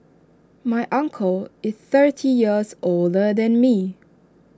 my uncle is thirty years older than me